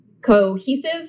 cohesive